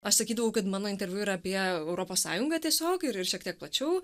aš sakydavau kad mano interviu yra apie europos sąjungą tiesiog ir ir šiek tiek plačiau